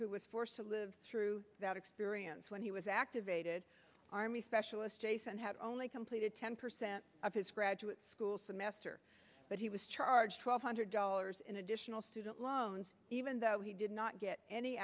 who was forced to live through that experience when he was activated army specialist jason had only completed ten percent of his graduate school semester but he was charged twelve hundred dollars in additional student loans even though he did not get any